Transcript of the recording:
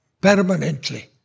permanently